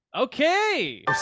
Okay